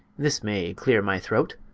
this may clear my throat,